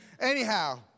Anyhow